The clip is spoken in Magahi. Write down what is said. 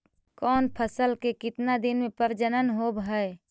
कौन फैसल के कितना दिन मे परजनन होब हय?